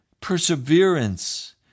perseverance